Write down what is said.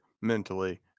mentally